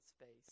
space